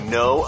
no